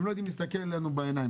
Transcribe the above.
הם לא יודעים להסתכל לנו בעיניים.